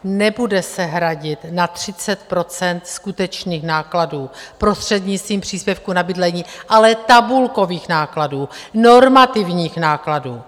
Nebude se hradit nad 30 % skutečných nákladů prostřednictvím příspěvku na bydlení, ale tabulkových nákladů, normativních nákladů.